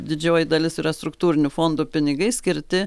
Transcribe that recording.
didžioji dalis yra struktūrinių fondų pinigai skirti